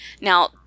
Now